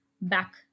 back